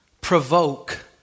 provoke